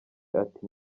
ati